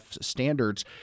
standards